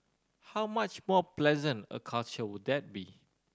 how much more pleasant a culture would that be